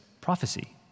prophecy